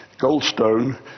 Goldstone